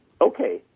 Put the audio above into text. okay